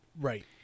Right